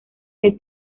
del